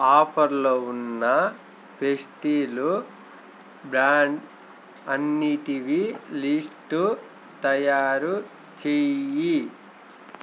ఆఫర్లో ఉన్న పెస్టీలు బ్రాండ్ అన్నిటివి లిస్టు తయారుచెయ్యి